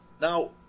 Now